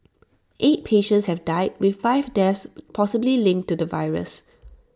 eight patients have died with five deaths possibly linked to the virus